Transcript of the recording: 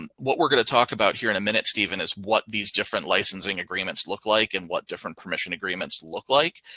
um what we're gonna talk about here in a minute, steven is what these different licensing agreements look like and what different permission agreements look like.